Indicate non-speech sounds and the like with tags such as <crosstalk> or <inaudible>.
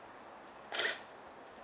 <noise>